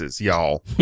y'all